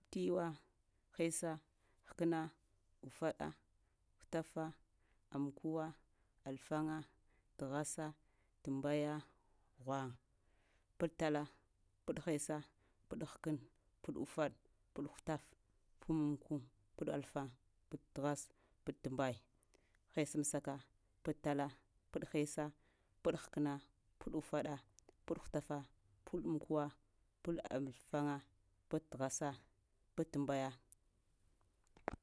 Tiwa, hesa, həkna, ufaɗa, hutafa, amkuwa, alfaŋa, təghasa, təmbaya, ghwaŋ, pəɗtala, pəɗ hesa, pəɗ həkən, pəɗ ufaɗ, pəɗ hutaf, pəɗ amkuwu, peɗ alfaŋ, pəɗ təghas, pəɗ təmbay, hesamsaka. Pəɗ tala, pəɗ hesa, pəɗ həkəna, pəɗ ufaɗa pəɗ hutafa, pəɗ amkuwa, pəɗ alfaŋa, pəɗ təghasa, pəɗ təmbaya.